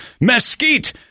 mesquite